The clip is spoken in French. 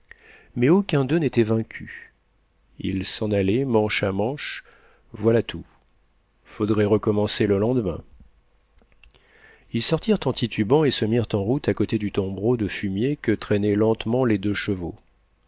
mais aucun des deux n'était vaincu ils s'en allaient manche à manche voilà tout faudrait recommencer le lendemain ils sortirent en titubant et se mirent en route à côté du tombereau de fumier que traînaient lentement les deux chevaux